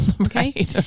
okay